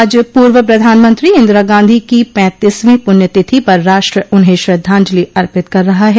आज पूर्व प्रधानमंत्री इंदिरा गांधी की पैंतीसवीं प्रण्यतिथि पर राष्ट्र उन्हें श्रद्धांजलि अर्पित कर रहा है